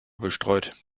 bestreut